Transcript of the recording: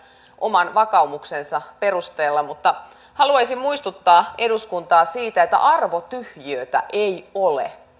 oman vakaumuksensa perusteella mutta haluaisin muistuttaa eduskuntaa siitä että arvotyhjiötä ei ole